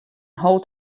hold